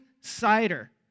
Cider